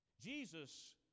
Jesus